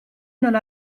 non